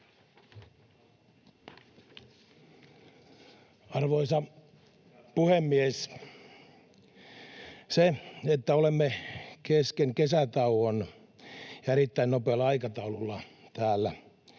Arvoisa puhemies! Se, että olemme kesken kesätauon ja erittäin nopealla aikataululla täällä